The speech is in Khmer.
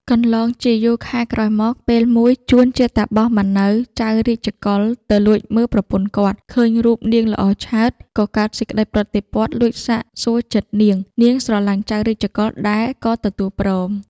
កន្លងជាយូរខែក្រោយមក, ពេលមួយ ចួនជាតាបសមិននៅចៅ រាជកុល ទៅលួចមើលប្រពន្ធគាត់ ឃើញរូប នាងល្អឆើត ក៏កើតសេចក្តីប្រតិព័ទ្ធលួចសាកសួរចិត្តនាងៗ ស្រឡាញ់ចៅ រាជកុល ដែរ ក៏ទទួលព្រម ។